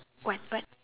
what what